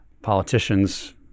politicians